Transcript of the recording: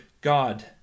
God